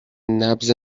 نبض